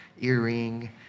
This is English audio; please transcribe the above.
earring